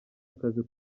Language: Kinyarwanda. akazi